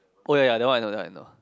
oh ya ya that one I know that one I know